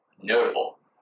notable